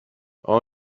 all